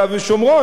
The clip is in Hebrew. שהיא גבוהה,